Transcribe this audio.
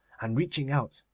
and, reaching out,